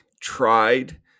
tried